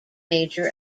major